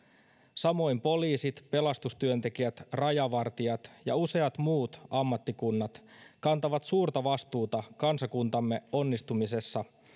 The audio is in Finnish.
samoin poliisit pelastustyöntekijät rajavartijat ja useat muut ammattikunnat kantavat suurta vastuuta kansakuntamme onnistumisesta